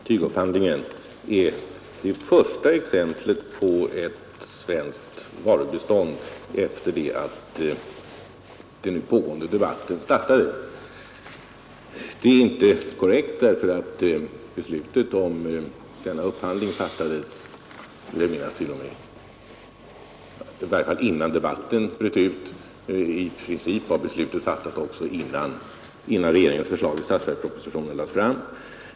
Herr talman! Herr Ullsten säger att tygupphandlingen är det första exemplet på ett svenskt varubistånd efter det att den nu pågående debatten startade. Det är inte korrekt därför att beslutet om denna upphandling fattades innan debatten bröt ut. I princip var beslutet fattat också innan regeringens förslag i statsverkspropositionen lades fram.